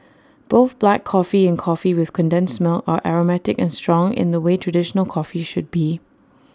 both black coffee and coffee with condensed milk are aromatic and strong in the way traditional coffee should be